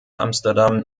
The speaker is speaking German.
amsterdam